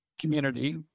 community